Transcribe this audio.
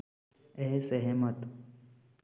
असहमत